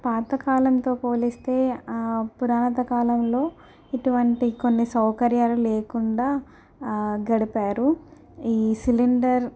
పాతకాలంతో పోలిస్తే పురాతన కాలంలో ఇటువంటి కొన్ని సౌకర్యాలు లేకుండా గడిపారు ఈ సిలిండర్